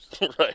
Right